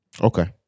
Okay